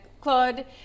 Claude